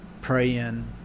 praying